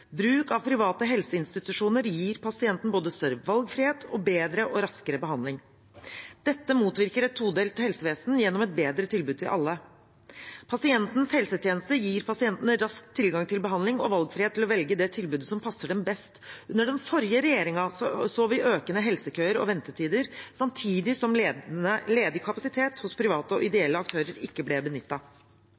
Bruk av private helseinstitusjoner gir pasienten både større valgfrihet og bedre og raskere behandling. Dette motvirker et todelt helsevesen gjennom et bedre tilbud til alle. Pasientens helsetjeneste gir pasienten rask tilgang til behandling og valgfrihet til å velge det tilbudet som passer dem best. Under den forrige regjeringen så vi økende helsekøer og ventetider samtidig som ledig kapasitet hos private og ideelle aktører ikke ble